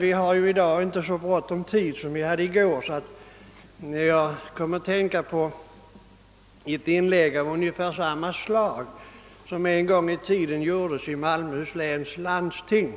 I detta sammanhang kommer jag att tänka på ett yttrande av ungefär samma slag som en gång fälldes i Malmöhus läns landsting.